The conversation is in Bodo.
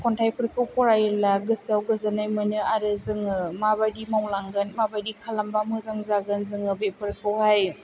खन्थाइफोरखौ फरायोब्ला गोसोआव गोजोन्नाय मोनो आरो जोङो माबाइदि मावलांगोन माबाइदि खालामोबा मोजां जागोन जोङो बेफोरखौहाय